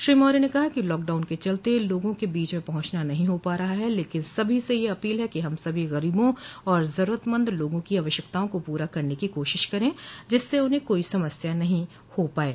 श्री मौर्य ने कहा कि लॉकडाउन के चलते लोगों के बीच में पहुंचना नहीं हो पा रहा है लेकिन सभी से यह अपील है कि हम सभी गरीबों और जरूरतमंद लोगों की आवश्यकताओं को पूरा करने की कोशिश करें जिससे उन्हे कोई समस्या नहीं होने पाये